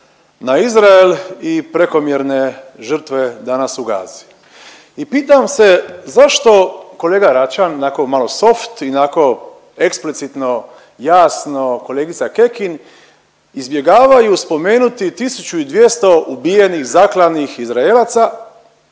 na Izrael i prekomjerne žrtve danas u Gazi. I pitam se zašto kolega Račan onako malo soft i onako eksplicitno jasno kolegica Kekin izbjegavaju spomenuti 1200 ubijenih, zaklanih Izraelaca,